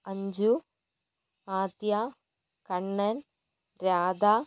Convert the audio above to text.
Anju Aditya Kannan Radha